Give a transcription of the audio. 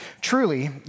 Truly